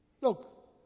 Look